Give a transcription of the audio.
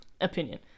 opinion